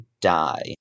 die